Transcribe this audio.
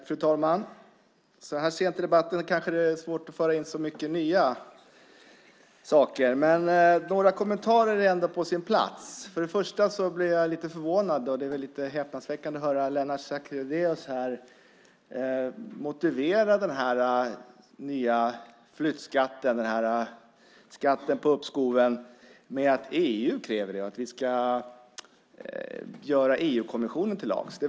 Fru talman! Så här sent i debatten kanske det är svårt att föra in så mycket nya saker, men några kommentarer är ändå på sin plats. För det första blir jag lite förvånad. Det är lite häpnadsväckande att höra Lennart Sacrédeus motivera den nya flyttskatten, skatten på uppskoven, med att EU kräver det, att vi ska göra EU-kommissionen till lags.